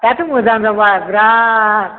दाथ' मोजां जाबाय बिराद